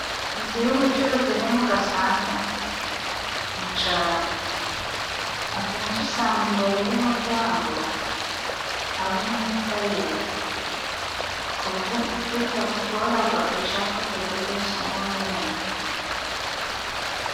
Inzu y'ubucuruzi iri mu gasanteri mu caro, akenshi usanga imbere y'umuryango hari ho umutayeri, ku buryo bitakugoraga ushaka kudodesha nk'umwenda.